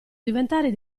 diventare